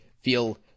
feel